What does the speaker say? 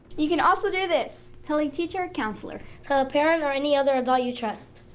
you can also do this. tell a teacher or counselor. tell a parent or any other adult you trust.